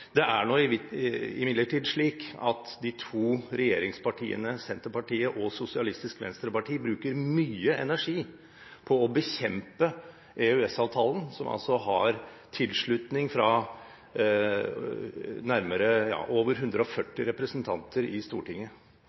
Det er nå imidlertid slik at de to regjeringspartiene Senterpartiet og Sosialistisk Venstreparti bruker mye energi på å bekjempe EØS-avtalen, som altså har tilslutning fra over 140 representanter i Stortinget.